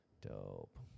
Dope